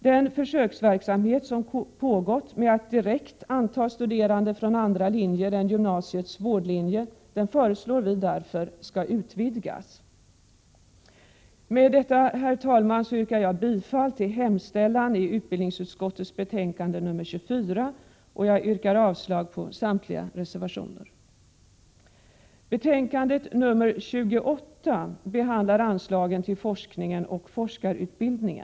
Den försöksverksamhet som pågått med att direkt anta studerande från andra linjer än gymnasiets vårdlinje föreslår vi därför skall utvidgas. Med detta, herr talman, yrkar jag bifall till hemställan i utbildningsutskottets betänkande 24 och avslag på samtliga reservationer. Betänkandet 28 behandlar anslagen till forskning och forskarutbildning.